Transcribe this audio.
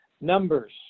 Numbers